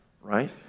right